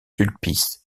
sulpice